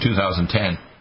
2010